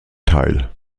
teil